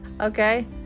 Okay